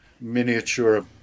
miniature